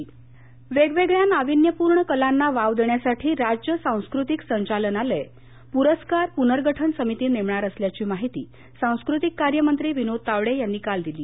सांस्कृतिक पुरस्कार वेगवेगळ्या नाविन्यपूर्ण कलांना वाव देण्यासाठी राज्य सांस्कृतिक संचालनालय पुरस्कार पुनर्गठन समिती नेमणार असल्याची माहिती सांस्कृतिक कार्य मंत्री विनोद तावडे यांनी काल दिली